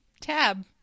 Tab